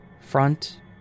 Front